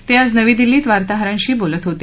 ते आज नवी दिल्लीत वार्ताहरांशी बोलत होते